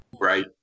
Right